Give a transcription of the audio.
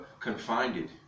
confined